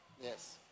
Yes